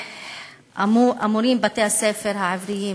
שאמורים ללמד בתי-הספר העבריים.